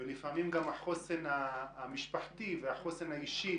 לפעמים גם החוסן המשפחתי והחוסן האישי